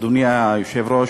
אדוני היושב-ראש,